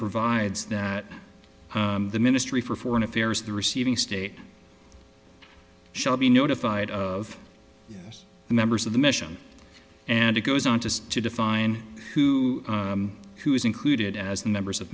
provides that the ministry for foreign affairs the receiving state shall be notified of yes the members of the mission and it goes on just to define who who is included as numbers of